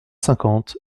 cinquante